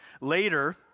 Later